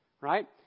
right